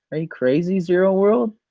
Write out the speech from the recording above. are you crazy zero world?